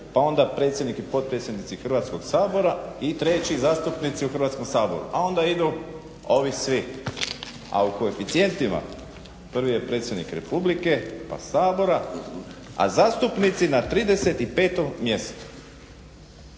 pa onda predsjednik i potpredsjednici Hrvatskog sabora i treći zastupnici u Hrvatskom saboru, a onda idu ovi svi. A o koeficijentima prvi je predsjednik republike pa Sabora, a zastupnici na 35.mjestu,